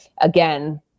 again